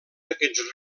aquests